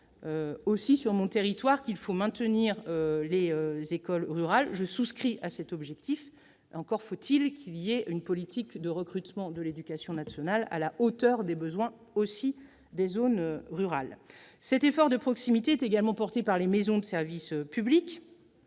J'entends aussi sur mon territoire qu'il faut maintenir les écoles rurales. Je souscris à cet objectif, encore faut-il qu'il s'accompagne d'une politique de recrutement dans l'éducation nationale qui soit aussi à la hauteur des besoins en zone rurale. Cet effort de proximité est également porté par les maisons de service public,